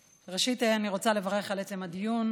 ראשית, אני רוצה לברך על עצם הדיון.